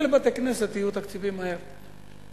לבתי-כנסת יהיו מהר תקציבים,